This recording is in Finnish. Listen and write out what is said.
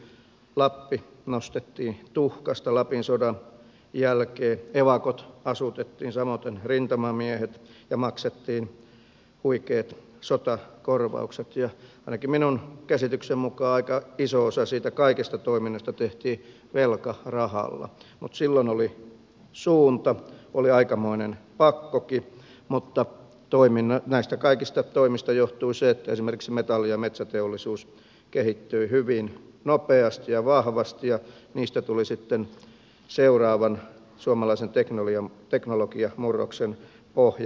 lappi nostettiin tuhkasta lapin sodan jälkeen evakot asutettiin samoiten rintamamiehet ja maksettiin huikeat sotakorvaukset ja ainakin minun käsitykseni mukaan aika iso osa siitä kaikesta toiminnasta tehtiin velkarahalla mutta silloin oli suunta oli aikamoinen pakkokin mutta näistä kaikista toimista johtui se että esimerkiksi metalli ja metsäteollisuus kehittyivät hyvin nopeasti ja vahvasti ja niistä tuli sitten seuraavan suomalaisen teknologiamurroksen pohja